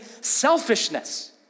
selfishness